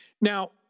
Now